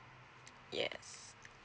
yes